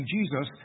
Jesus